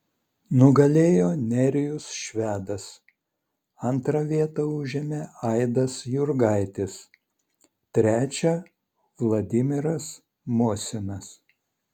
nugalėjo nerijus švedas antrą vietą užėmė aidas jurgaitis trečią vladimiras mosinas